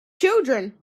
children